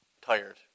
tired